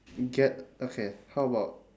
get okay how about